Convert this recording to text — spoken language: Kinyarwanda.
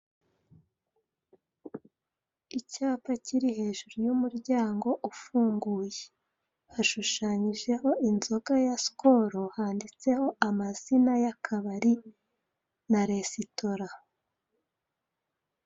Icyapa kiri hejuru y'umuryango ufunguye, hashushanyije ho inzoga ya sikoro, handitseho amazina y'akabari na resitora.